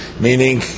Meaning